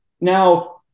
Now